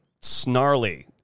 snarly